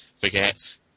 forget